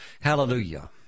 hallelujah